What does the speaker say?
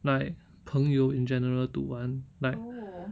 like 朋友 in general to 玩 like